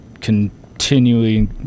continually